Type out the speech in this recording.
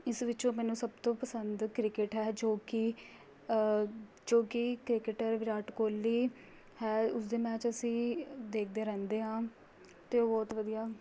ਇਸ ਵਿੱਚੋਂ ਮੈਨੂੰ ਸਭ ਤੋਂ ਪਸੰਦ ਕ੍ਰਿਕਟ ਹੈ ਜੋ ਕਿ ਜੋ ਕਿ ਕ੍ਰਿਕਟਰ ਵਿਰਾਟ ਕੋਹਲੀ ਹੈ ਉਸਦੇ ਮੈਚ ਅਸੀਂ ਦੇਖਦੇ ਰਹਿੰਦੇ ਹਾਂ ਅਤੇ ਉਹ ਬਹੁਤ ਵਧੀਆ